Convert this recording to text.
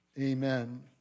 Amen